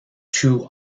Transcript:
two